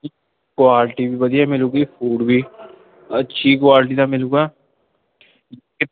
quality ਵੀ ਵਧੀਆ ਮਿਲੂਗੀ ਫੂਡ ਵੀ ਅੱਛੀ ਕੋਆਲਟੀ ਦਾ ਮਿਲੂਗਾ